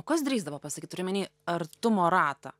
o kas drįsdavo pasakyt turiu omeny artumo ratą